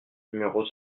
numéros